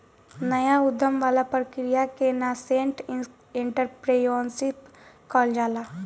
नाया उधम वाला प्रक्रिया के नासेंट एंटरप्रेन्योरशिप कहल जाला